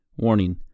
Warning